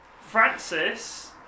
Francis